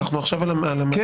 אנחנו עכשיו על --- כן,